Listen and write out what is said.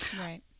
Right